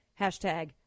hashtag